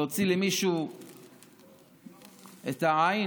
להוציא למישהו את העין,